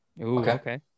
Okay